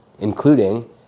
including